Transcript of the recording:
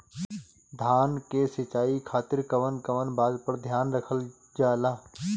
धान के सिंचाई खातिर कवन कवन बात पर ध्यान रखल जा ला?